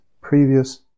previous